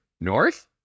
North